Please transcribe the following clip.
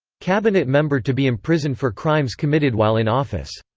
cabinet member to be imprisoned for crimes committed while in office.